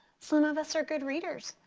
some of us are good readers.